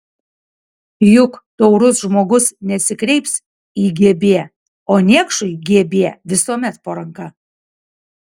juk taurus žmogus nesikreips į gb o niekšui gb visuomet po ranka